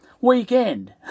Weekend